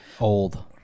Old